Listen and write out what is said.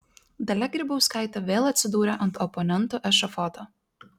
dalia grybauskaitė vėl atsidūrė ant oponentų ešafoto